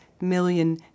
million